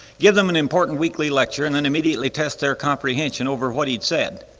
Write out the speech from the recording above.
give them an important weekly lecture and then immediately test their comprehension over what he'd said.